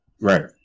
Right